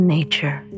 Nature